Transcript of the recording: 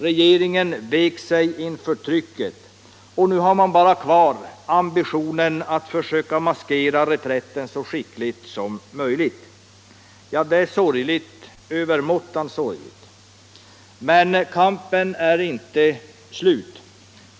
Regeringen vek sig inför trycket, och nu har man bara kvar ambitionen att försöka maskera reträtten så skickligt som möjligt. Det är sorgligt, över måttan sorgligt. Men kampen är inte slut.